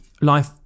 life